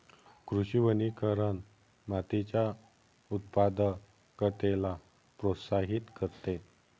कृषी वनीकरण मातीच्या उत्पादकतेला प्रोत्साहित करते